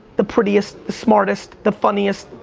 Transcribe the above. the prettiest, the smartest, the funniest,